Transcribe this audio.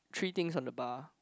three things on the bar